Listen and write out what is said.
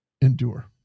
endure